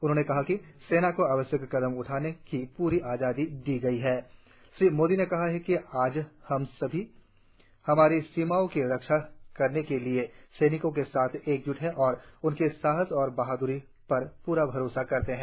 उन्होने कहा कि सेना को आवश्यक कदम उठाने की पूरी आजादी दी गयी है श्री मोदी ने कह कि आज हम सभी हमारी सीमाओं की रक्षा करने वाले सैनिकों के साथ एकजुट हैं और उनके साहस और बहाद्री पर पूरा भरोसा करते हैं